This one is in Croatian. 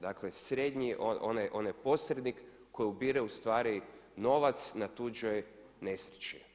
Dakle, srednji, onaj posrednik koji ubire u stvari novac na tuđoj nesreći.